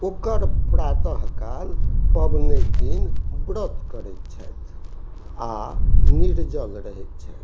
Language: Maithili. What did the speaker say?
ओकर प्रातःकाल पबनैतिन व्रत करै छथि आओर निर्जल रहै छथि